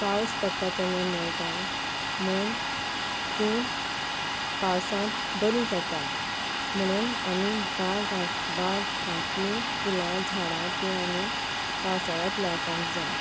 पावस पडटा तेन्ना मेळटा म्हूण तीं पावसांत बरी जातात म्हणून आमी बागां बागांतली फुलां झाडां तीं आमी पावसाळ्यांत लावपाक जाय